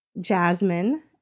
jasmine